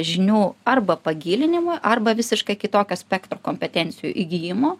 žinių arba pagilinimo arba visiškai kitokio spektro kompetencijų įgijimo